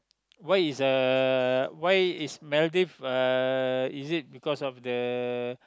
why is uh why is Maldive uh is it because of the